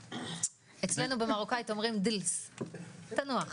אצלנו במרוקאית אומרים דילס - תנוח.